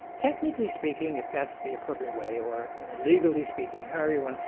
technically speaking if that's the appropriate way or legally speaking everyone.